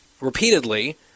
repeatedly